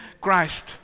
Christ